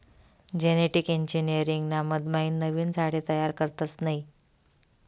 genetic engineering ना मधमाईन नवीन झाडे तयार करतस नयी